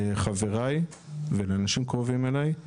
לחבריי ולאנשים קרובים אליי.